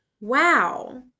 wow